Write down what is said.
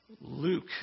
Luke